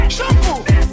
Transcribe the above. Shampoo